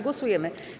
Głosujemy.